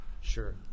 Sure